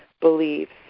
beliefs